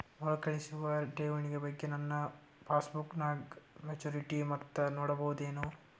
ಮರುಕಳಿಸುವ ಠೇವಣಿ ಬಗ್ಗೆ ನನ್ನ ಪಾಸ್ಬುಕ್ ನಾಗ ಮೆಚ್ಯೂರಿಟಿ ಮೊತ್ತ ನೋಡಬಹುದೆನು?